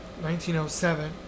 1907